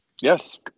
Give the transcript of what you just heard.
Yes